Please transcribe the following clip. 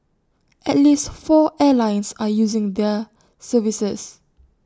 at least four airlines are using their services